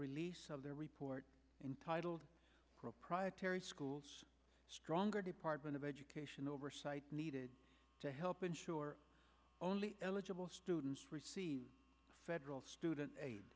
release of their report entitled proprietary schools stronger department of education oversight needed to help ensure only eligible students receive federal student aid